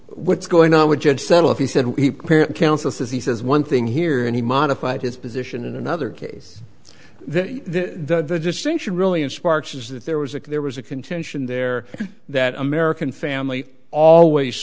what's going on would just settle if he said we counsel says he says one thing here and he modified his position in another case the distinction really in sparks is that there was a there was a contention there that american family always